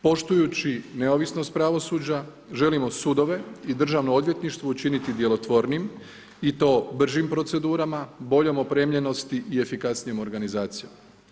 Poštujući neovisnost pravosuđa, želimo sudove i državno odvjetništvo učiniti djelotvornijim i to bržim procedurama, boljom opremljenosti i efikasnijom organizacijom.